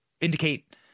indicate